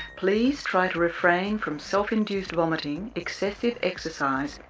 please try to refrain from self-induced vomiting, excessive exercise,